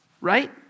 right